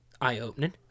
eye-opening